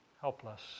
Helpless